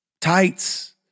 tights